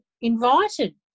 invited